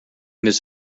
this